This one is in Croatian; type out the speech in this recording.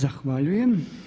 Zahvaljujem.